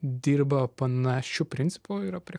dirba panašiu principu yra